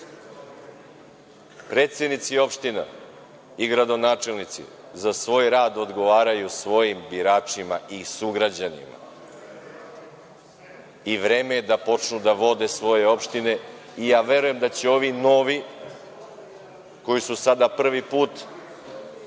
Predsednici opština i gradonačelnici za svoj rad odgovaraju svojim biračima i sugrađanima i vreme je da počnu da vode svoje opštine. Ja verujem da će ovi novi, koji su sada prvi put,